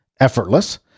Effortless